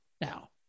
Now